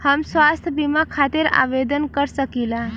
हम स्वास्थ्य बीमा खातिर आवेदन कर सकीला?